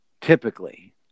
Typically